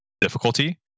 difficulty